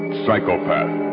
psychopath